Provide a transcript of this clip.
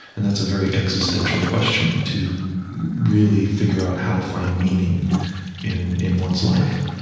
and that's a very existential question to really figure out how to find meaning in in one's life.